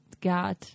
God